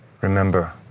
Remember